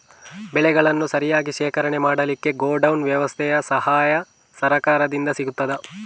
ಬೆಳೆಯನ್ನು ಸರಿಯಾಗಿ ಶೇಖರಣೆ ಮಾಡಲಿಕ್ಕೆ ಗೋಡೌನ್ ವ್ಯವಸ್ಥೆಯ ಸಹಾಯ ಸರಕಾರದಿಂದ ಸಿಗುತ್ತದಾ?